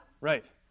Right